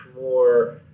more